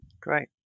Great